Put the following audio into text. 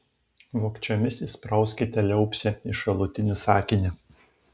vogčiomis įsprauskite liaupsę į šalutinį sakinį